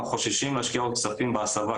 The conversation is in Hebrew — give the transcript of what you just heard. ואנחנו חוששים להשקיע עוד כספים בהסבה,